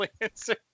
answer